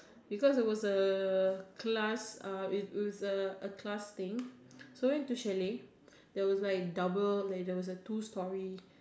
because it was a class uh is a class thing so I went to the chalet there was like double ladder that was like two stories